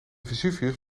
vesuvius